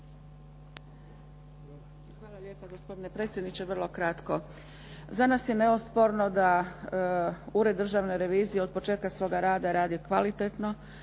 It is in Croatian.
Hvala lijepa. Gospodine predsjedniče. Vrlo kratko. Za nas je neosporno da Ured državne revizije od početka svoga rada radi kvalitetno,